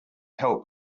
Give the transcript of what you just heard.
help